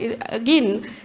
again